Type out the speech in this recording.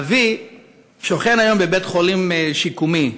אבי שוכן היום בבית-חולים שיקומי,